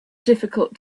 difficult